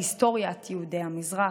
בהיסטוריית יהודי המזרח,